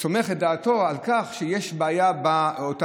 סומך את דעתו על כך שיש בעיה באותן,